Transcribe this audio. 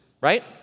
right